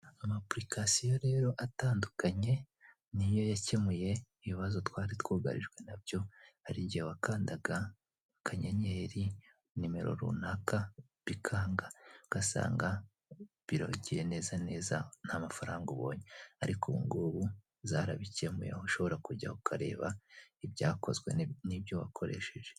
Ama apulikasiyo rero atandukanye niyo yakemuye ibibazo twari twugarijwe nabyo, hari igihe wakandaga akanyenyeri nimero runaka bikanga ugasanga birogeye neza neza nta mafaranga ubonye, ariko ubungubu zarabikemuye aho ushobora kujyaho ukareba ibyakozwe n'ibyo wakoresheje.